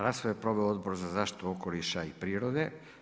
Raspravu je proveo Odbor za zaštitu okoliša i prirode.